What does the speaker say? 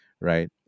right